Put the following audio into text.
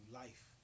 life